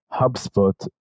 HubSpot